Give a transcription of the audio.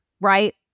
right